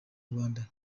rwanda